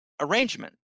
arrangement